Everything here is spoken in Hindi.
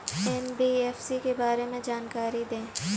एन.बी.एफ.सी के बारे में जानकारी दें?